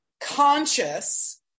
conscious